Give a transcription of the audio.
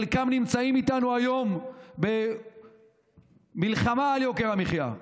חלקם נמצאים איתנו היום במלחמה על יוקר המחיה,